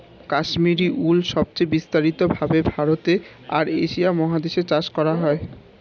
Kashmiri wool সবচেয়ে বিস্তারিত ভাবে ভারতে আর এশিয়া মহাদেশে চাষ করা হয়